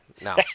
No